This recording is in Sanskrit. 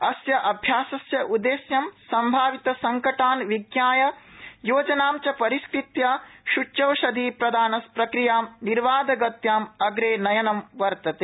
अस्य अभ्यासस्य उद्देश्यं सम्भावितसंकटान् विज्ञाय योजना च परिष्कत्य सुच्यौषधिप्रदानप्रक्रियां निर्वाधगत्या अग्रेनयनं वर्तते